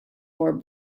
for